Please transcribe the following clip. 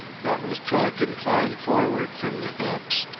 but with trunk inclined forward from the hips,